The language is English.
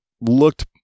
looked